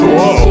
Whoa